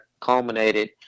culminated